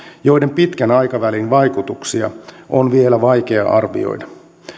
joiden pitkän aikavälin vaikutuksia on vielä vaikea arvioida